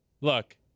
look